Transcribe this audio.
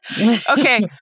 Okay